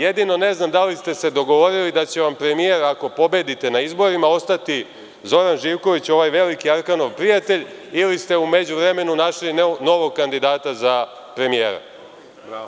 Jedino ne znam da li ste se dogovorili da će vam premijer, ako pobedite na izborima, ostati Zoran Živković, ovaj veliki Arkanov prijatelj, ili ste u međuvremenu našli novog kandidata za premijera.